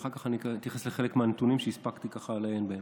ואחר כך אתייחס לחלק מהנתונים שיש בידי והספקתי לעיין בהם.